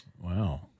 Wow